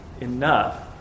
enough